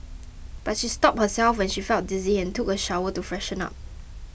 but she stopped herself when she felt dizzy and took a shower to freshen up